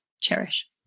cherish